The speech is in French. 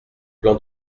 plan